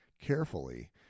carefully